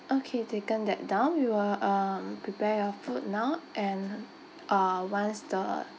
okay taken that down we will um prepare your food now and uh once the